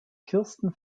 kirsten